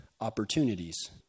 opportunities